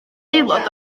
aelod